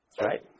Right